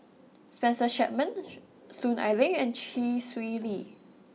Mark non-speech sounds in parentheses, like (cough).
Spencer Chapman (noise) Soon Ai Ling and Chee Swee Lee